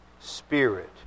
Spirit